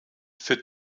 für